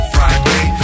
Friday